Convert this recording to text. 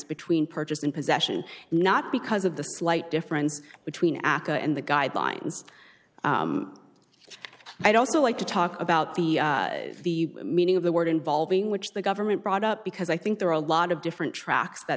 between purchase and possession not because of the slight difference between aca and the guidelines i'd also like to talk about the the meaning of the word involving which the government brought up because i think there are a lot of different tracks that